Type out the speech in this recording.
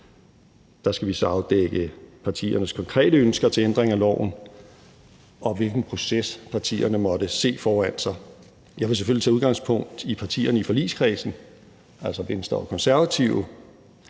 Der skal vi så afdække partiernes konkrete ønsker til ændring af loven, og hvilken proces partierne måtte se for sig. Jeg vil selvfølgelig tage udgangspunkt i partierne i forligskredsen, altså Venstre og Konservative,